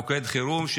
מוקד חירום,